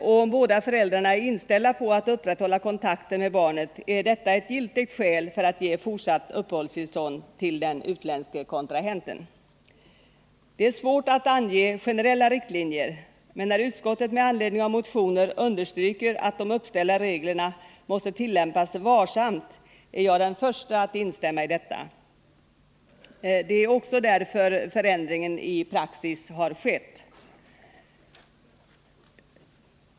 och om båda föräldrarna är inställda på att upprätthålla kontakten med barnet är detta ett giltigt skäl för att ge fortsatt uppehållstillstånd till den utländske kontrahen ten. Det är svårt att ange generella riktlinjer, men när utskottet med anledning av motioner understryker att de uppställda reglerna måste tillämpas varsamt är jag den första att instämma i detta. Det är också därför förändringen i praxis skett.